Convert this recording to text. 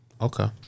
Okay